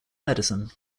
medicine